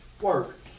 work